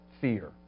fear